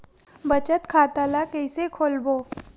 बचत खता ल कइसे खोलबों?